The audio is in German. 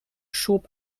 schob